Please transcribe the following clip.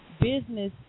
business